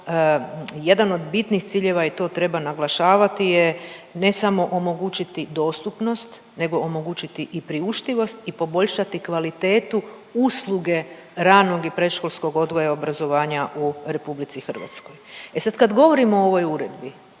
jedan od bitnih ciljeva i to treba naglašavati je ne samo omogućiti dostupnost, nego omogućiti i priuštivost poboljšati kvalitetu usluge ranog i predškolskog odgoja i obrazovanja u RH. E sad kad govorimo o ovoj uredbi,